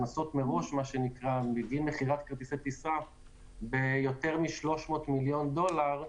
הכנסות מראש בגין מכירת כרטיסי טיסה ביותר מ-300 מיליון דולר,